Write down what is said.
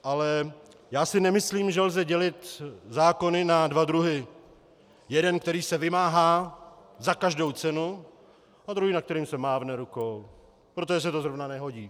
Ale já si nemyslím, že lze dělit zákony na dva druhy: jeden, který se vymáhá za každou cenu, a druhý, nad kterým se mávne rukou, protože se to zrovna nehodí.